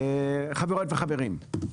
חברות וחברים,